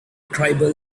tribal